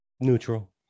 Neutral